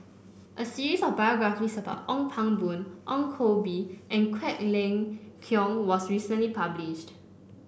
a series of biographies about Ong Pang Boon Ong Koh Bee and Quek Ling Kiong was recently published